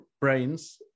brains